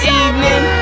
evening